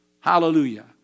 Hallelujah